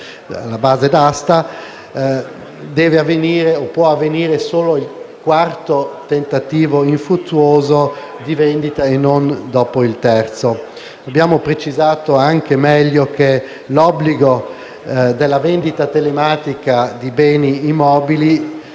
base d'asta possa avvenire solo dopo il quarto tentativo infruttuoso di vendita e non dopo il terzo. Abbiamo precisato meglio che l'obbligo della vendita telematica di beni immobili